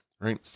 right